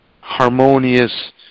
harmonious